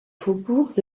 faubourgs